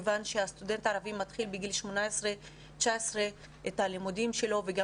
מכיוון שהסטודנט הערבי מתחיל בגיל 18 19 את הלימודים שלו וגם